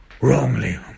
wrongly